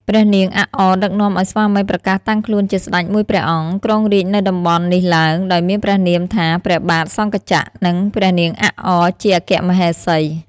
ព្រះនាងអាក់អ ដឹកនាំឲ្យស្វាមីប្រកាសតាំងខ្លួនជាស្ដេចមួយព្រះអង្គ គ្រងរាជនៅតំបន់នេះឡើង ដោយមានព្រះនាមថា ព្រះបាទ "សង្ខចក្រ" និង ព្រះនាងអាក់អ ជាអគ្គមហេសី ។